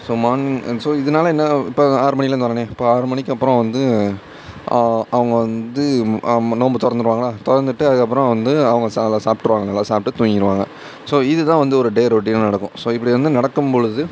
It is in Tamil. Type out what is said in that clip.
ஸோ மான் ஸோ இதனால என்ன இப்போ ஆறு மணிலேருந்து வரேனே இப்போது ஆறு மணிக்கப்புறம் வந்து அவங்க வந்து நோம்பை துறந்துருவாங்களா துறந்துட்டு அதுக்கப்புறம் வந்து அவங்க ச நல்லா சாப்பிட்ருவாங்க நல்லா சாப்பிட்டு தூங்கிடுவாங்க ஸோ இதுதான் வந்து ஒரு டே ரொட்டீனாக நடக்கும் ஸோ இப்படி வந்து நடக்கும் பொழுது